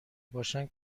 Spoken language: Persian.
باشن